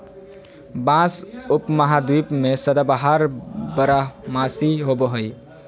बाँस उपमहाद्वीप में सदाबहार बारहमासी होबो हइ